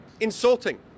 insulting